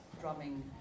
drumming